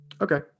Okay